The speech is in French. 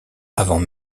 avant